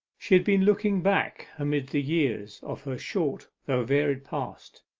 she had been looking back amid the years of her short though varied past,